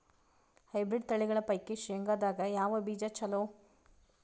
Hybrid ತಳಿಗಳ ಪೈಕಿ ಶೇಂಗದಾಗ ಯಾವ ಬೀಜ ಚಲೋ?